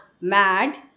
mad